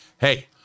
hey